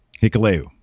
Hikaleu